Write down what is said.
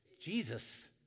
Jesus